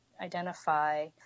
identify